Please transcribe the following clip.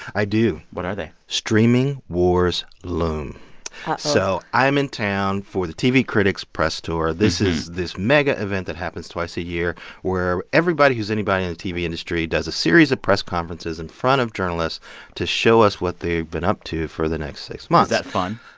i do what are they? streaming wars loom uh-oh so i'm in town for the tv critics press tour. this is this mega event that happens twice a year where everybody who's anybody in the tv industry does a series of press conferences in front of journalists to show us what they've been up to for the next six months is that fun?